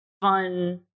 fun